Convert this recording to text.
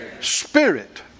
spirit